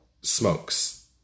smokes